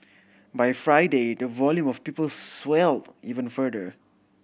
by Friday the volume of people swell even further